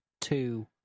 two